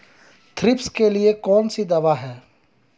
Thrips के लिए कौन सी दवा है?